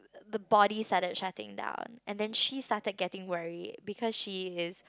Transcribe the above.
the body started shutting down and then she started getting worried because she is